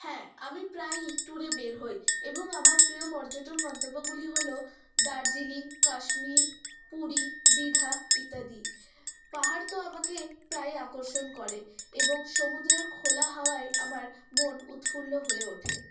হ্যাঁ আমি প্রায়ই ট্যুরে বের হই এবং আমার প্রিয় পর্যটন গন্তব্যগুলি হল দার্জিলিং কাশ্মীর পুরী দীঘা ইত্যাদি পাহাড় তো আমাকে প্রায়ই আকর্ষণ করে এবং সমুদ্রের খোলা হাওয়ায় আমার মন উৎফুল্ল হয়ে ওঠে